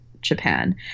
japan